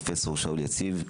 פרופ' שאול יציב,